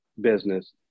business